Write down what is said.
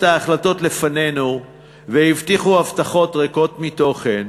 ההחלטות לפנינו והבטיחו הבטחות ריקות מתוכן,